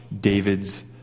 David's